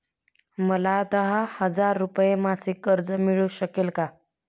मला दहा हजार रुपये मासिक कर्ज मिळू शकेल का?